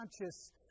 conscious